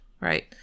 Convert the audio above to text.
right